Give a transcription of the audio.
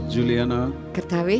Juliana